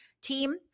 team